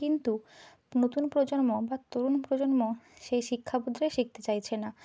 কিন্তু নতুন প্রজন্ম বা তরুণ প্রজন্ম সেই শিক্ষা শিখতে চাইছে না